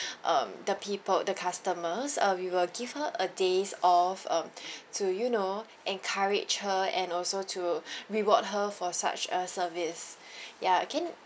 um the people the customers uh we will give her a day's off um to you know encourage her and also to reward her for such a service ya can